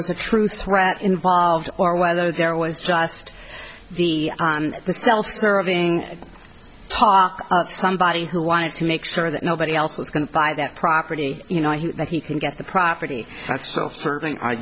was a true threat involved or whether there was just the self serving somebody who wanted to make sure that nobody else was going to buy that property you know he can get the property perving